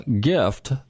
gift